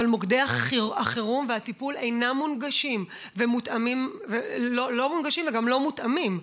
מוקדי החירום והטיפול אינם מונגשים וגם לא מותאמים.